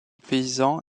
paysan